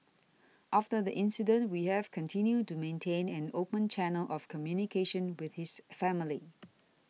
after the incident we have continued to maintain an open channel of communication with his family